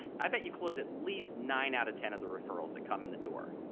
i bet you close at least nine out of ten of the referrals that come in the door.